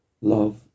love